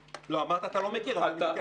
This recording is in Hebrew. לא, אמרת שאני לא מכיר.